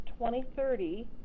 2030